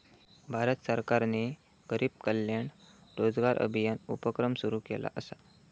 भारत सरकारने गरीब कल्याण रोजगार अभियान उपक्रम सुरू केला असा